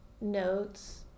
notes